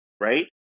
right